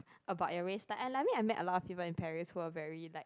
about your race like like I met a lot of people in Paris who were very like